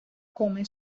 come